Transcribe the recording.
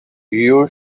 you